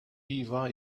iva